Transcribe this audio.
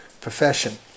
profession